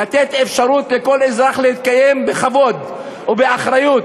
לתת אפשרות לכל אזרח להתקיים בכבוד ובאחריות.